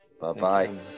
Bye-bye